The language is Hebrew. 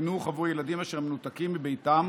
לחינוך עבור ילדים אשר מנותקים מביתם